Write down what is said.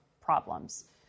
problems